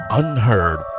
unheard